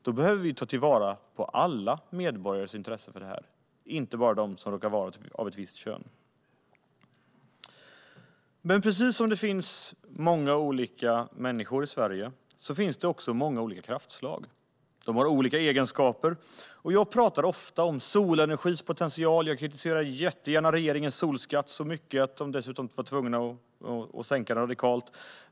Då behöver vi ta till vara alla medborgares intresse för det här, inte bara hos dem som råkar vara av ett visst kön. Men precis som det finns många olika människor i Sverige finns det också många olika kraftslag med olika egenskaper. Jag talar ofta om solenergins potential, och jag har kritiserat regeringens solskatt så mycket att de var tvungna att sänka den radikalt.